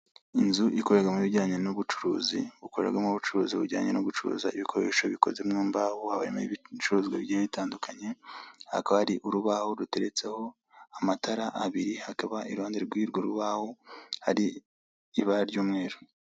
Inzu ikorerwamo ibijyanye n'ubucuruzi, ikorerwamo ubucuruzi bujyanye no gucuruza ibikoresho bikoze mu mbaho, haba harimo ibicuruzwa bigiye bitandukanye, hakaba hari urubaho ruteretseho amatara abiri, hakaba iruhande rw'urwo rubaho, hari ibara ry'umweru.